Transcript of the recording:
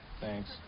Thanks